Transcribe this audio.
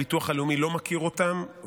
הביטוח הלאומי לא מכיר אותם,